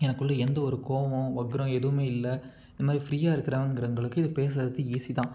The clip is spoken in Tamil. எனக்குள்ளே எந்தவொரு கோபம் வக்கிரம் எதுவுமே இல்லை இதுமாதிரி ஃபிரியாக இருக்கிறவங்களுக்கு இது பேசுகிறது ஈஸி தான்